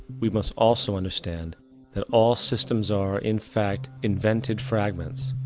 we must also understand that all systems are, in fact, invented fragments,